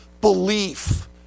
belief